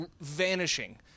vanishing